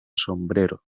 sombrero